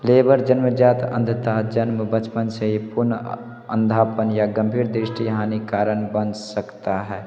labour जन्मजात अंधता जन्म बचपन से ही पूर्ण अंधापन या गंभीर दृष्टि हानि कारण बन सकता है